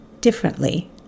differently